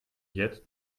jetzt